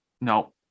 No